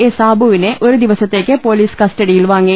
A സാബുവിനെ ഒരുദിവസത്തേക്ക് police കസ്റ്റഡിയിൽ വാങ്ങി